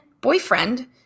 boyfriend